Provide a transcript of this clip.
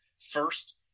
first